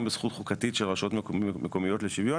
בזכות חוקתית של רשויות מקומיות לשוויון.